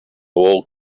old